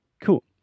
Cool